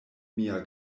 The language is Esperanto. mia